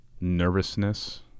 nervousness